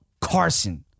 carson